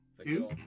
Two